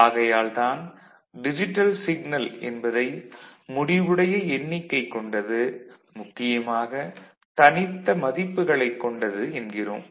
ஆகையால் தான் digital signal என்பதை முடிவுடைய எண்ணிக்கை கொண்டது முக்கியமாக தனித்த மதிப்புகளைக் கொண்டது என்கிறோம்